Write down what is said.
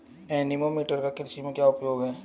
Anemometer का कृषि में क्या उपयोग है?